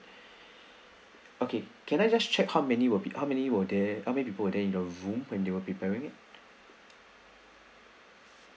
okay can I just check how many will be how many were there how many people were there in the room when they were preparing it